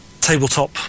tabletop